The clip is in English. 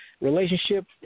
relationship